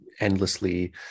endlessly